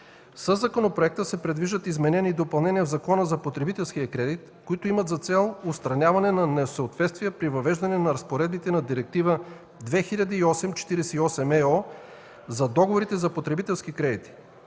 Със законопроекта се предвиждат изменения и допълнения в Закона за потребителския кредит, които имат за цел отстраняване на несъответствия при въвеждане на разпоредбите на Директива 2008/48/ЕО за договорите за потребителски кредити.